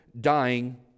dying